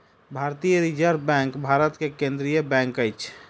भारतीय Reserve Bank Bharat के केंद्रीय बैंक अछि